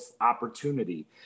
opportunity